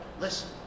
listen